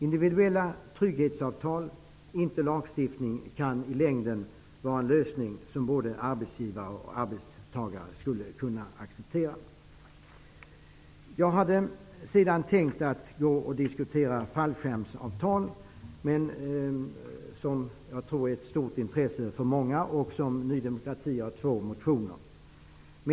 Individuella trygghetsavtal, inte lagstiftning, kan i längden vara en lösning som både arbetsgivare och arbetstagare skulle kunna acceptera. Jag hade tänkt diskutera fallskärmsavtal, som jag tror är av stort intresse för många och som Ny demokrati har två motioner om.